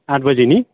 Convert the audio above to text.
आठ बजी नि